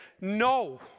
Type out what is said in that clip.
no